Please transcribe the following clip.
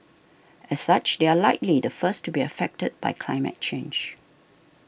as such they are likely the first to be affected by climate change